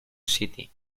city